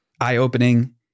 eye-opening